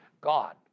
God